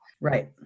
Right